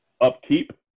upkeep